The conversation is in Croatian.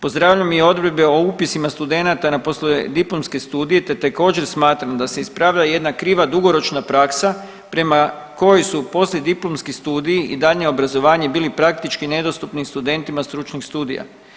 Pozdravljam i odredbe o upisima studenata na poslijediplomske studije te također smatram da se ispravila jedna kriva dugoročna praksa prema kojoj su poslijediplomski studij i daljnje obrazovanje bili praktički nedostupni studentima stručnih studija.